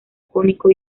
cónico